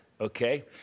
okay